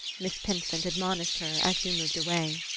miss pinsent admonished her as she moved away.